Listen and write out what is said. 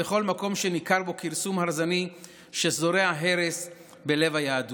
וכל מקום שניכר בו כרסום הרסני שזורע הרס בלב היהדות.